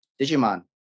Digimon